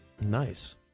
Nice